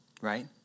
right